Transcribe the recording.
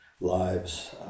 lives